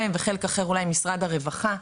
ובחלק אחר אולי משרד הרווחה.